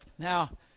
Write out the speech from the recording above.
Now